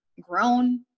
grown